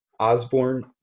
Osborne